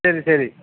ശരി ശരി